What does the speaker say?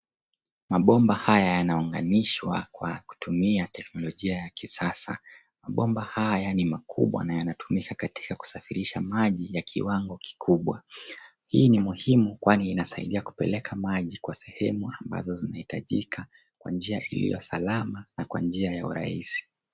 Mabomba haya yanaunganishwa kwa kutumia teknolojia ya kisasa. Mabomba haya ni makubwa na yanatumikamika katika kusafirisha maji ya kiwango kikubwa. Hii ni muhimu kwani inasaidia kupeleka maji kwa sehemu ambazo zinahitajika kwa njia iliyo salama na kwa njia ya urahisi.